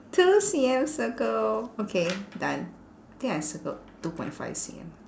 two C_M circle okay done I think I circled two point five C_M